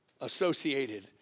associated